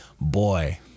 Boy